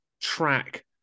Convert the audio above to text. track